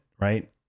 right